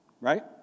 right